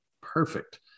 Perfect